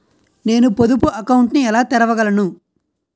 నేను పొదుపు అకౌంట్ను ఎలా తెరవగలను?